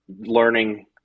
learning